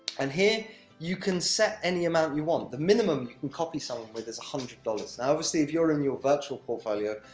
and here you can set any amount you want the minimum you can copy someone with is one hundred dollars. now, obviously if you're in your virtual portfolio,